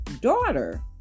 daughter